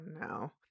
no